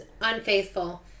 unfaithful